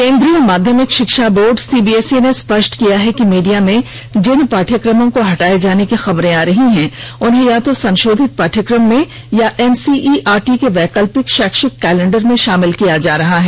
केंद्रीय माध्यमिक शिक्षा बोर्ड सीबीएसई ने स्पष्ट किया है कि मीडिया में जिन पाठ्यक्रमों को हटाए जाने की खबरें आ रही हैं उन्हें या तो संशोधित पाठ्यक्रम में या एनसीईआरटी के वैकल्पिक शैक्षिक कैलेंडर में शामिल किया जा रहा है